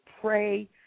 pray